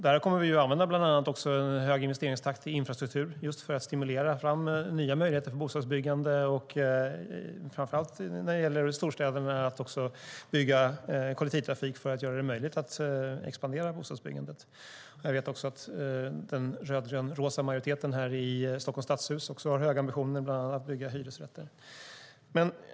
Vi kommer bland annat att använda hög investeringstakt i infrastruktur just för att stimulera fram nya möjligheter för bostadsbyggande och framför allt när det gäller storstäderna också bygga kollektivtrafik för att göra det möjligt att expandera bostadsbyggandet. Jag vet att den grön-röd-rosa majoriteten i Stockholms stadshus har höga ambitioner att bland annat bygga hyresrätter.